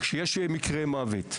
כשיש מקרה מוות,